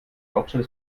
hauptstadt